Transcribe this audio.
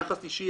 יחס אישי,